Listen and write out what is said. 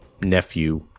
nephew